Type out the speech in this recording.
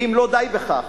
ואם לא די בכך,